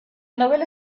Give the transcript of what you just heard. novela